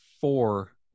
four